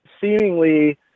seemingly